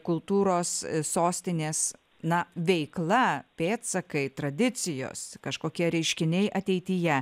kultūros sostinės na veikla pėdsakai tradicijos kažkokie reiškiniai ateityje